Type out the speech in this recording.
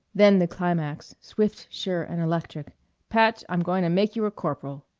then the climax, swift, sure, and electric patch, i'm going to make you a corporal.